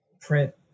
print